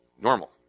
normal